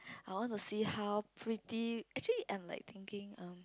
I want to see how pretty actually I'm like thinking um